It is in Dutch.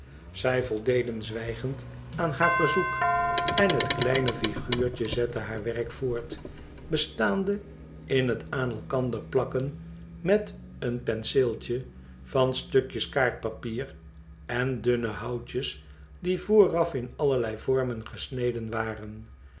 zij voldeden zwijgend aan haar verzoek en het kleine üguurtje zette haar werk voort bestaande in het aan elkander plakken met een penseelde van stukjes kaartpapier en dunne houtjes die vooraf in allerlei vormen gesneden waren